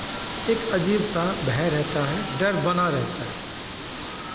एक अजीब सा भय रहता है डर बना रहता है